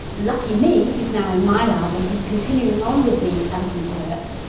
lucky me, he's now in my lab and he's continuing on with the elephant work.